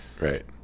Right